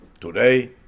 today